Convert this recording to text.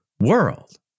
world